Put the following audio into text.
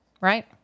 right